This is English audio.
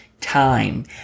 time